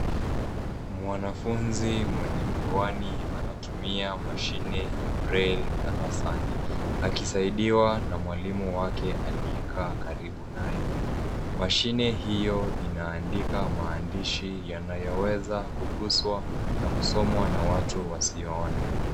Mwanafunzi mwenye miwani anatumia mashine ya braille darasani, akisaidiwa na mwalimu wake aliyekaa karibu naye. Mashine hiyo inaandika maandishi yanayoweza kuguswa na kusomwa na watu wasioona.